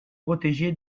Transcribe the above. protégé